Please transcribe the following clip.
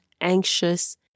anxious